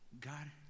God